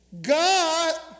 God